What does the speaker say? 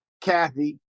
Kathy